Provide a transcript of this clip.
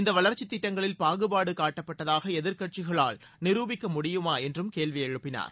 இந்த வளர்ச்சி திட்டங்களில் பாகுபாடு காட்டப்பட்டதாக எதிர்க்கட்சிகளால் நிரூபிக்க முடியுமா என்றும் கேள்வி எழுப்பினார்